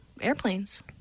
airplanes